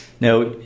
Now